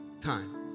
time